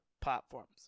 platforms